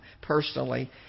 personally